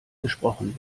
gesprochen